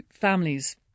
families